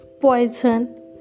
poison